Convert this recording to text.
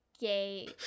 gay